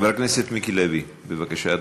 חבר הכנסת מיקי לוי, בבקשה,